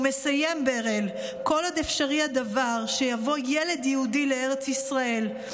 מסיים ברל: "כל עוד אפשרי הדבר שיבוא ילד יהודי לארץ ישראל,